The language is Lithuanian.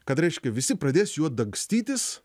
kad reiškia visi pradės juo dangstytis